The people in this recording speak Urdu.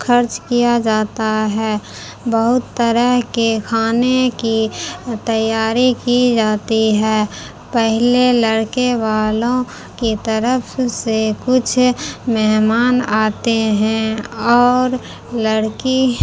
خرچ کیا جاتا ہے بہت طرح کے کھانے کی تیاری کی جاتی ہے پہلے لڑکے والوں کی طرف سے کچھ مہمان آتے ہیں اور لڑکی